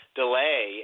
delay